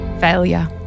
failure